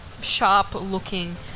sharp-looking